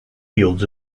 fields